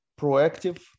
proactive